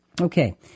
Okay